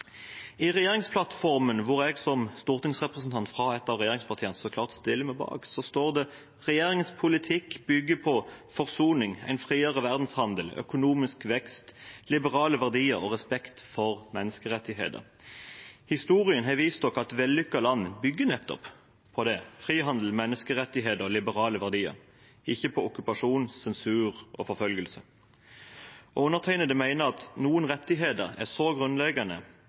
I regjeringsplattformen, som jeg som stortingsrepresentant fra et av regjeringspartiene så klart stiller meg bak, står det at regjeringens politikk bygger på «forsoning, en friere verdenshandel, økonomisk vekst, liberale verdier og respekt for menneskerettigheter». Historien har vist oss at vellykkede land bygger på nettopp det: frihandel, menneskerettigheter og liberale verdier – ikke på okkupasjon, sensur og forfølgelse. Undertegnede mener at noen rettigheter er så grunnleggende